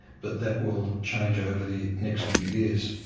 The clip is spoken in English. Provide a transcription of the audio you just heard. but that will change over the next few years.